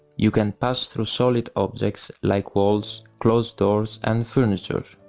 you can pass through solid objects, like walls, closed doors and furniture.